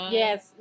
yes